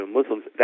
Muslims